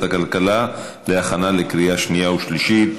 הכלכלה להכנה לקריאה שנייה ושלישית.